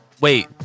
Wait